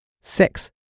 Six